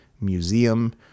museum